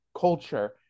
culture